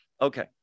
Okay